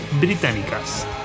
británicas